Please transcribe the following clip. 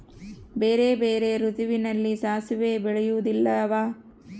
ಬೇರೆ ಬೇರೆ ಋತುವಿನಲ್ಲಿ ಸಾಸಿವೆ ಬೆಳೆಯುವುದಿಲ್ಲವಾ?